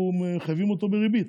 מחייבים אותו בריבית.